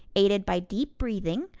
aided by deep breathing,